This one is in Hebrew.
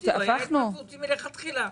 זה היה התנדבותי מלכתחילה,